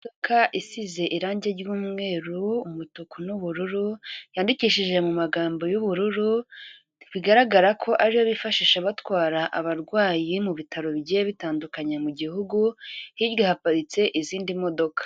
Imodoka isize irangi ry'umweru, umutuku n'ubururu yandikishije mu magambo y'ubururu, bigaragara ko ariyo bifashisha batwara abarwayi mu bitaro bigiye bitandukanye mu gihugu, hirya haparitse izindi modoka.